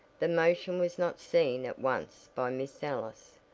the motion was not seen at once by miss ellis,